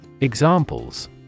Examples